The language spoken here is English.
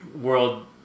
world